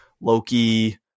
Loki